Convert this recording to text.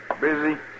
busy